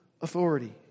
authority